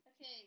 Okay